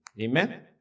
amen